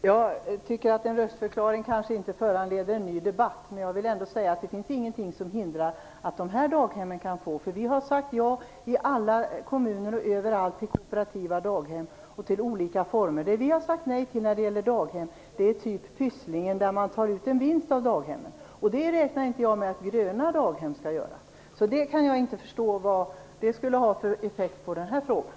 Fru talman! En röstförklaring föranleder kanske inte en ny debatt. Jag vill ändå säga att det inte finns något som hindrar de här daghemmen. Vi har sagt ja i kommuner och överallt till kooperativa daghem och till olika former. Vad vi har sagt nej till när det gäller daghem är daghem av samma typ som Pysslingen, där man tar ut en vinst av daghemmen. Det räknar jag inte med att gröna daghem skall göra. Därför kan jag inte förstå vad det skulle ha för effekt i den frågan.